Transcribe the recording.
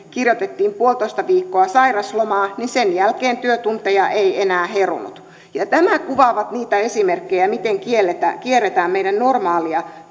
kirjoitettiin yksi pilkku viisi viikkoa sairauslomaa ja sen jälkeen työtunteja ei enää herunut nämä kuvaavat niitä esimerkkejä miten kierretään meidän normaaleja